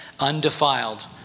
undefiled